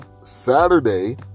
Saturday